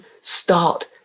start